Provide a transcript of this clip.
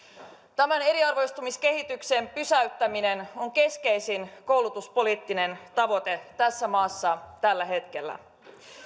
tämän eriarvoistumiskehityksen pysäyttäminen on keskeisin koulutuspoliittinen tavoite tässä maassa tällä hetkellä